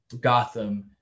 Gotham